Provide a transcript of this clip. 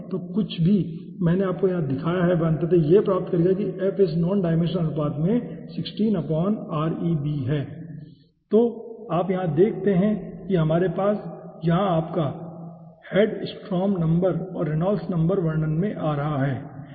जो कुछ भी मैंने आपको दिखाया है वह अंततः यह प्राप्त करेगा कि यह f इस नॉन डायमेंशनल अनुपात में 16 Reb है जहां आप देखते हैं कि हमारे पास यहां आपका हेडस्ट्रॉम नंबर और रेनॉल्ड्स नंबर वर्णन में आ रहे हैं ठीक है